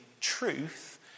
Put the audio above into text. truth